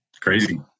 crazy